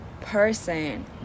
person